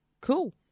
Cool